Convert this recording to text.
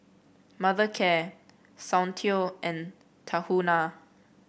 Mothercare Soundteoh and Tahuna